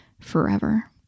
forever